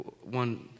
one